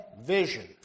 vision